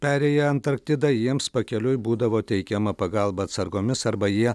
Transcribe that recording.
perėją antarktidą jiems pakeliui būdavo teikiama pagalba atsargomis arba jie